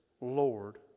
Lord